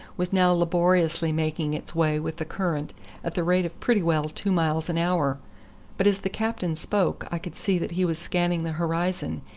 was now laboriously making its way with the current at the rate of pretty well two miles an hour but as the captain spoke i could see that he was scanning the horizon,